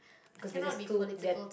cause there are just too they ar~